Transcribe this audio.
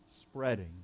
spreading